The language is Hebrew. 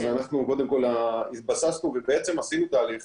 קודם כל התבססנו ועשינו תהליך